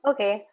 Okay